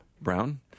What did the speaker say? Brown